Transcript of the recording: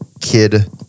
kid